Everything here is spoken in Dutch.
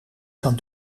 kan